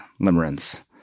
limerence